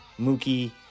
Mookie